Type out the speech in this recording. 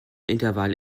intervall